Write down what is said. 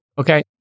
Okay